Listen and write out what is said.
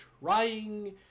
trying